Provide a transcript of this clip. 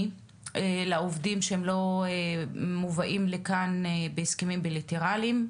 לעובדים שהם לא מובאים לכאן בהסכמים בילטרליים.